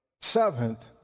Seventh